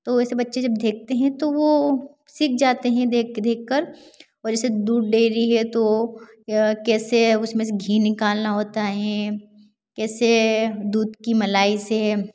तो ऐसे बच्चे जब देखते हैं तो वह सीख जाते हैं देख देखकर और इसे दूध डेयरी है तो या कैसे अब उसमें से घी निकालना होता है कैसे दूध की मलाई से